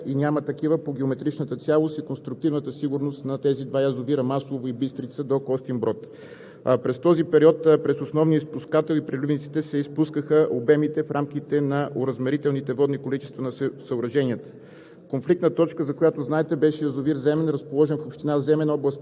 На 11 януари не се наблюдаваха видими изменения и няма такива по геометричната цялост и конструктивната сигурност на тези два язовира – „Маслово“ и „Бистрица“, до Костинброд. През този период през основния изпускател и преливниците се изпускаха обемите в рамките на оразмерителните водни количества на съоръженията.